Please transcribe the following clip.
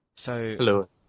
Hello